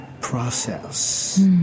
process